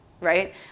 right